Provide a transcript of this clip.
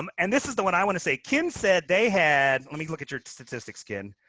um and this is the one i want to say. ken said they had let me look at your statistics, ken.